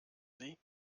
sie